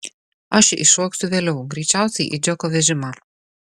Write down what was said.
aš įšoksiu vėliau greičiausiai į džeko vežimą